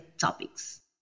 topics